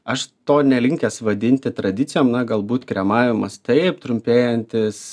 aš to nelinkęs vadinti tradicijom na galbūt kremavimas taip trumpėjantis